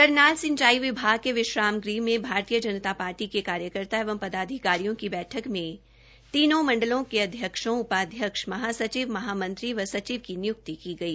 करनाल सिंचाई विभाग के विश्राम गृह में भारतीय जनता पार्टी के कार्यकर्ता एवं पदाधिकारियों की बैठक में तीनों मण्डलों के अध्यक्षों उपाध्यक्ष महासचिव महामंत्री व सचिव की नियुक्ति की गई